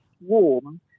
warm